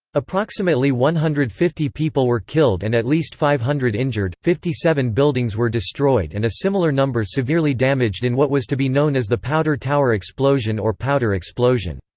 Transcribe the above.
approximately one hundred and fifty people were killed and at least five hundred injured fifty seven buildings were destroyed and a similar number severely damaged in what was to be known as the powder tower explosion or powder explosion.